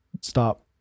stop